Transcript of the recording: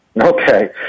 Okay